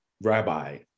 Rabbi